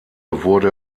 wurde